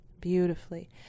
beautifully